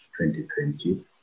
2020